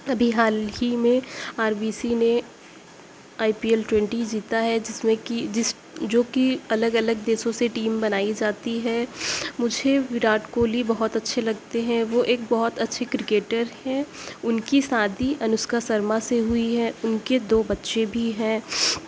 ابھی حال ہی میں آر بی سی نے آئی پی ایل ٹوونٹی جیتا ہے جس میں کی جس جو کہ الگ الگ دیسوں سے ٹیم بنائی جاتی ہے مجھے وراٹ کوہلی بہت اچھے لگتے ہیں وہ ایک بہت اچھے کرکیٹر ہیں ان کی شادی انوشکا شرما سے ہوئی ہے ان کے دو بچے بھی ہیں